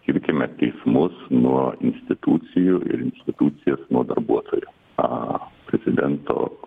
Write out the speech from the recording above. skirkime teismus nuo institucijų ir institucijas nuo darbuotojų a prezidento